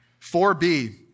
4B